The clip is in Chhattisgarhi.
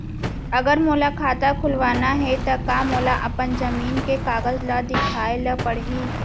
अगर मोला खाता खुलवाना हे त का मोला अपन जमीन के कागज ला दिखएल पढही?